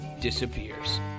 disappears